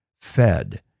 fed